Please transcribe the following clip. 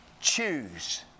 choose